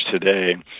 today